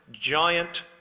giant